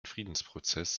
friedensprozess